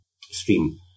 stream